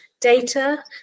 data